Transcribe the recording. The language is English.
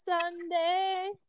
Sunday